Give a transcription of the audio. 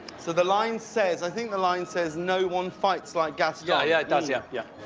so the line says, i think the line says no one fights like gaston. yeah yeah, it does. yeah yeah